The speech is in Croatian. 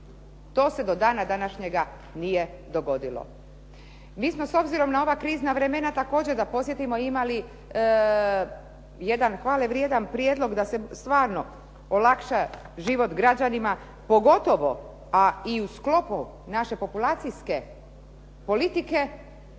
To se do dana današnjega nije dogodilo. Mi smo s obzirom na ova krizna vremena, također da podsjetimo, imali jedan hvale vrijedan prijedlog da se stvarno olakša život građanima, pogotovo, a i u sklopu naše populacijske politike,